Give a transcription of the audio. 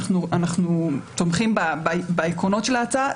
אנחנו תומכים בעקרונות של ההצעה,